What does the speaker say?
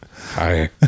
Hi